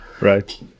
Right